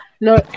No